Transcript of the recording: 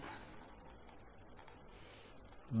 LINSYS1 DESKTOPPublicggvlcsnap 2016 02 29 09h53m51s59